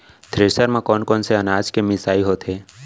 Thresher म कोन कोन से अनाज के मिसाई होथे?